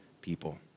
people